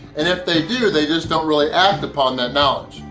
and if they do, they just don't really act upon that knowledge.